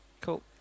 Cool